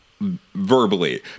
verbally